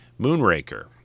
Moonraker